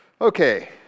Okay